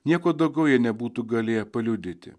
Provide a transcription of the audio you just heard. nieko daugiau jie nebūtų galėję paliudyti